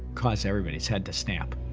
caused everybody's head to snap.